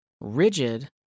rigid